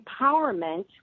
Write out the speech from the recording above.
empowerment